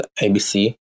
abc